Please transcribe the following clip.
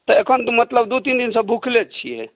तऽ एखन तऽ मतलब दू तीन दिनसे भुखले छियै